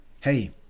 hey